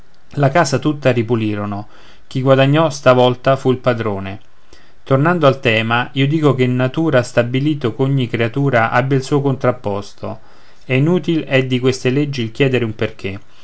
la casa tutta ripulirono chi guadagnò stavolta fu il padrone tornando al tema io dico che natura ha stabilito ch'ogni creatura abbia il suo contrapposto e inutil è di queste leggi il chiedere un perché